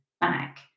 back